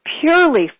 purely